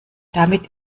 damit